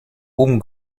oben